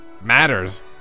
matters